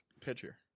pitcher